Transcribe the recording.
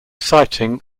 sighting